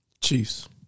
Chiefs